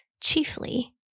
chiefly